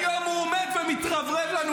היום הוא עומד ומתרברב לנו,